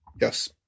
Yes